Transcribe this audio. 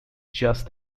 just